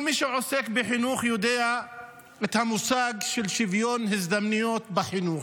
כל מי שעוסק בחינוך מכיר את המושג של שוויון הזדמנויות בחינוך.